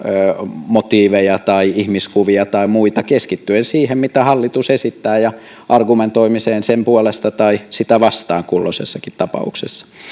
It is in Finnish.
motiiveja tai ihmiskuvia tai muita keskittyen siihen mitä hallitus esittää ja argumentoimiseen sen puolesta tai sitä vastaan kulloisessakin tapauksessa